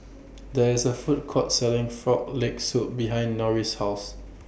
There IS A Food Court Selling Frog Leg Soup behind Norris' House